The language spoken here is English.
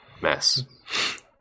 mess